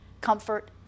comfort